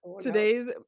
Today's